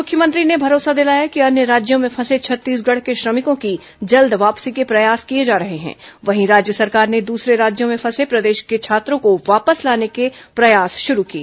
मुख्यमंत्री ने भरोसा दिलाया कि अन्य राज्यों में फंसे छत्तीसगढ़ के श्रमिकों की जल्द वापसी के प्रयास किए जा रहे हैं वहीं राज्य सरकार ने दूसरे राज्यों मे फंसे प्रदेश के छात्रों को वापस लाने के प्रयास भी शुरू किए